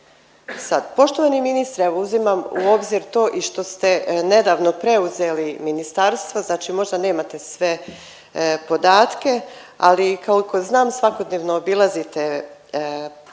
Sad, poštovani ministre, evo uzimam u obzir to i što ste nedavno preuzeli ministarstvo, znači možda nemate sve podatke, ali koliko znam svakodnevno obilazite